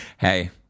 Hey